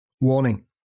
Warning